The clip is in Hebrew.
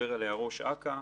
שדיבר עליה ראש אכ"א,